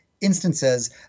instances